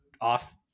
off